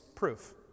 proof